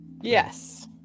Yes